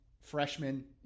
freshman